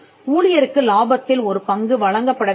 ஊழியருக்கு லாபத்தில் ஒரு பங்கு வழங்கப்படவில்லை